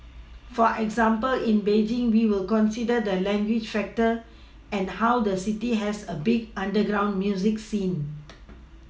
for example in Beijing we will consider the language factor and how the city has a big underground music scene